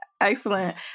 excellent